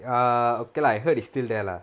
err okay lah I heard it's still there lah